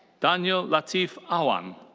danial latif awan.